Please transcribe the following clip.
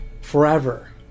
Forever